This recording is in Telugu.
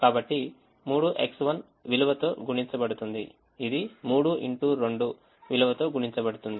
కాబట్టి ఈ 3 X1 విలువతో గుణించబడుతుంది ఇది 3 X2 విలువతో గుణించబడుతుంది